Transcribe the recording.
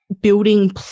building